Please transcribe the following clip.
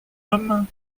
homme